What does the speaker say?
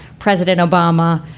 president obama,